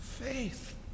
faith